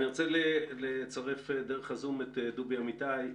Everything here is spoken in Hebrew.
אני רוצה לצרף דרך ה-זום את דובי אמיתי,